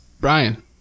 Brian